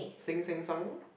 sink sank sunk